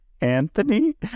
Anthony